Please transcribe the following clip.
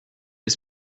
les